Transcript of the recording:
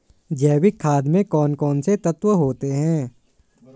जैविक खाद में कौन कौन से तत्व होते हैं?